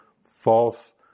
false